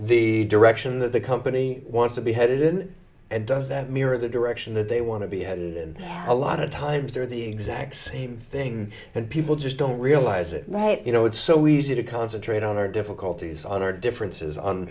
the direction that the company wants to be headed and does that mirror the direction that they want to be in a lot of times they're the exact same thing and people just don't realize it you know it's so easy to concentrate on our difficulties on our differences